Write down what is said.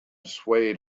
swayed